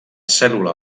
cèl·lula